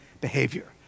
behavior